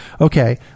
Okay